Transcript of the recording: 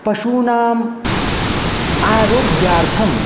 पशूनाम् आरोग्यार्थम्